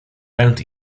pęd